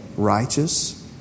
righteous